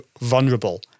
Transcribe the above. vulnerable